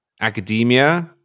academia